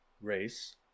race